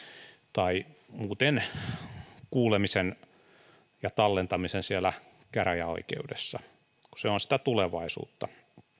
tai kuulemisen muuten ja tallentamisen siellä käräjäoikeudessa kun se on sitä tulevaisuutta